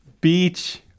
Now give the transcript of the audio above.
beach